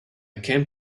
came